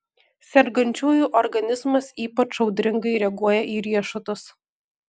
sergančiųjų organizmas ypač audringai reaguoja į riešutus